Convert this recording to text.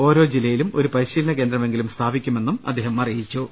ഓരോ ജില്ലയിലും ഒരു പരിശീലനകേന്ദ്രമെങ്കിലും സ്ഥാപിക്കുമെന്നും അദ്ദേഹം അറിയിച്ചു